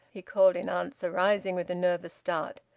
he called in answer, rising with a nervous start.